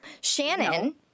Shannon